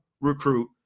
recruit